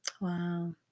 Wow